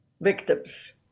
victims